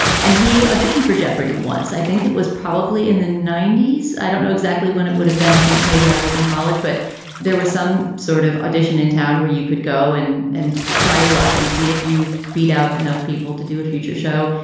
and he auditioned for jeopardy once. i think it was probably in the ninety s. i don't know exactly when it would have been. i think maybe i was in college, but there was some sort of audition in town where you could go in and try your luck and see if you beat out enough people to do a future show.